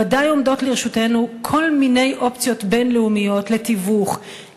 ודאי עומדות לרשותנו כל מיני אופציות בין-לאומיות לתיווך,